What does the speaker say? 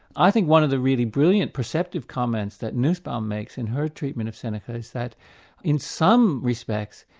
i think one of the really brilliant perceptive comments that nussbaum makes in her treatment of seneca, is that in some respects,